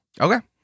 Okay